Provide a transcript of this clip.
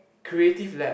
creative lab